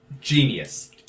Genius